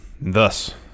Thus